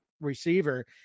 receiver